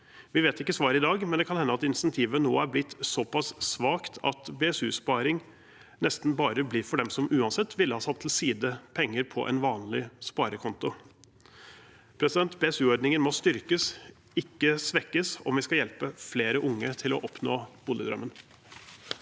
Vi vet ikke svaret i dag, men det kan hende at insentivet nå er blitt såpass svakt at BSU-sparing nesten bare blir for dem som uansett ville ha satt til side penger på en vanlig sparekonto. BSU-ordningen må styrkes, ikke svekkes om vi skal hjelpe flere unge til å oppnå boligdrømmen.